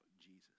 Jesus